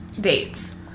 dates